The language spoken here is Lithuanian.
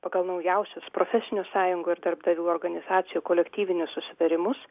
pagal naujausius profesinių sąjungų ir darbdavių organizacijų kolektyvinius susitarimus